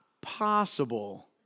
possible